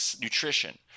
nutrition